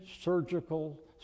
surgical